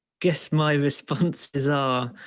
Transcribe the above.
guess my response is, ah